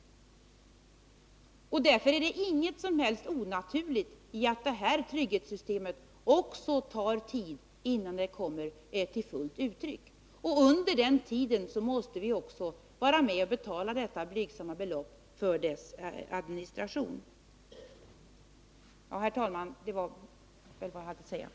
Därför är det inget som helst onaturligt i att det tar tid också innan det trygghetssystem som nu föreslås kommer till fullt uttryck. Under den tiden måste vi också vara med och betala det blygsamma belopp som det kostar att administrera reformen.